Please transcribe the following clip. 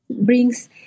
brings